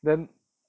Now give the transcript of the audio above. then